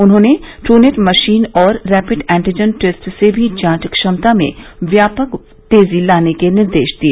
उन्होंने TrueNat machine और rapid antigen test से भी जांच क्षमता में व्यापक तेजी लाने के निर्देश दिए